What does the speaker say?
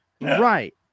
Right